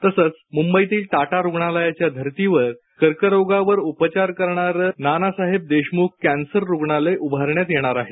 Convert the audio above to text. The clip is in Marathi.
तसंच मुंबईतील टाटा रुग्णालयाच्या धर्तीवर कर्करोगावर उपचार करणारं नानासाहेब देशमुख कॅन्सर रुग्णालय उभारण्यात येणार आहे